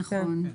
כן.